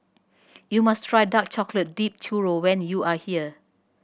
you must try dark chocolate dip churro when you are here